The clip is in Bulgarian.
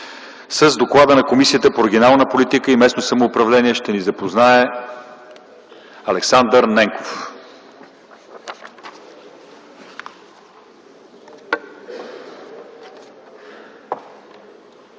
С доклада на Комисията по регионална политика и местно самоуправление ще ни запознае народният